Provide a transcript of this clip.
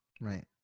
Right